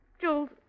Jules